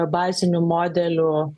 bazinių modelių